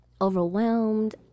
overwhelmed